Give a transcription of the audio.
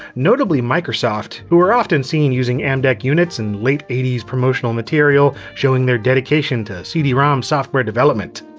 notably microsoft, who were often seen using amdek units in late eighty s promotional material showing their dedication to cd-rom software development.